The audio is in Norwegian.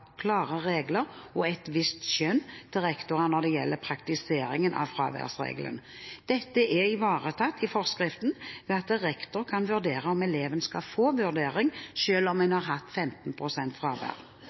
klare regler og et visst skjønn for rektorer når det gjelder praktiseringen av fraværsregelen. Dette er ivaretatt i forskriften ved at rektor kan vurdere om eleven skal få vurdering selv om